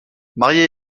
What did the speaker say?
marié